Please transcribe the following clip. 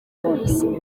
ubuzima